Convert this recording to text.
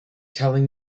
telling